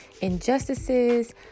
injustices